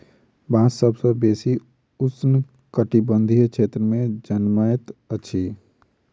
बांस सभ सॅ बेसी उष्ण कटिबंधीय क्षेत्र में जनमैत अछि